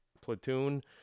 platoon